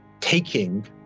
taking